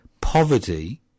Poverty